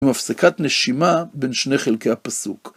מפסקת נשימה בין שני חלקי הפסוק.